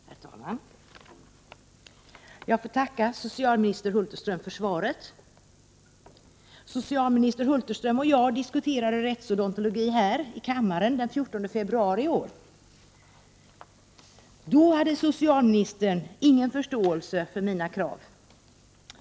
Herr talman! Jag får tacka socialminister Hulterström för svaret. Socialministern och jag diskuterade rättsodontologi här i kammaren den 14 februari i år. Då hade Sven Hulterström ingen förståelse för mina krav.